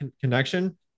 connection